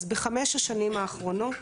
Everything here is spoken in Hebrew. בחמש השנים האחרונות,